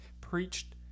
preached